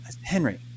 Henry